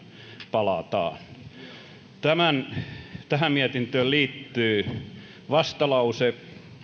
palataan tähän mietintöön liittyy vastalause